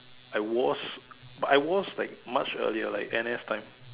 I was but I was like much earlier like N_S time